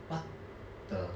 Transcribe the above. what the